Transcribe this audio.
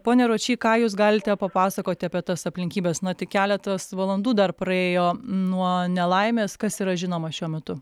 pone ročy ką jūs galite papasakoti apie tas aplinkybes na tik keletas valandų dar praėjo nuo nelaimės kas yra žinoma šiuo metu